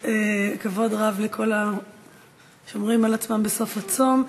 כבוד רב לכל השומרים על עצמם בסוף הצום.